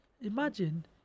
imagine